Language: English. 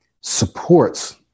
supports